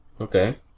Okay